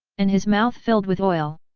and his mouth filled with oil.